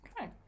Okay